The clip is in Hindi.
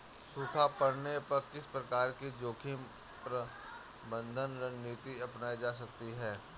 सूखा पड़ने पर किस प्रकार की जोखिम प्रबंधन रणनीति अपनाई जा सकती है?